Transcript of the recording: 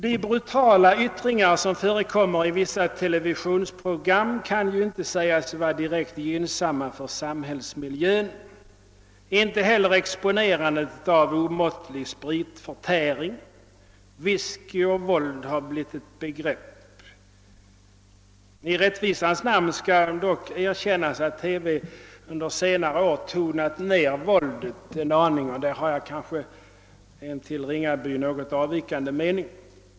De brutala yttringar som förekommer i vissa televisionsprogram kan inte sägas vara direkt gynnsamma för samhällsmiljön, inte heller exponerandet av omåttlig spritförtäring. Whisky och våld har blivit ett begrepp. I rättvisans namn skall dock erkännas att TV under senare år tonat ner våldet en aning. Där avviker min mening något från herr Ringabys.